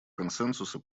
консенсуса